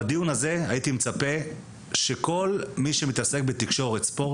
בדיון הזה הייתי מצפה שכל מי שמתעסק בתקשורת ספורט